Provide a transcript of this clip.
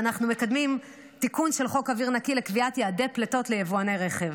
ואנחנו מקדמים תיקון של חוק אוויר נקי לקביעת יעדי פליטות ליבואני רכב.